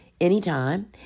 anytime